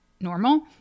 normal